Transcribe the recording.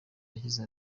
yashyizwe